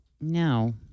No